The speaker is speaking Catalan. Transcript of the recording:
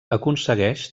aconsegueix